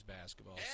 basketball